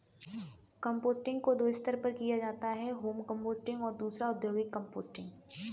composting को दो स्तर पर किया जाता है होम कंपोस्टिंग और दूसरा औद्योगिक कंपोस्टिंग